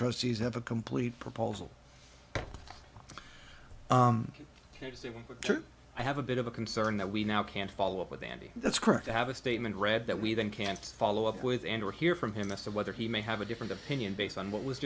trustees have a complete proposal i have a bit of a concern that we now can follow up with andy that's correct i have a statement read that we then can follow up with and or hear from him this of whether he may have a different opinion based on what was